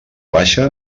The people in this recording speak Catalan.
baixa